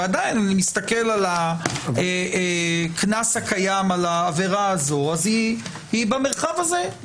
ועדין אני מסתכל על הקנס הקיים על העבירה הזו אז היא במרחב הזה,